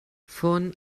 von